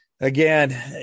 again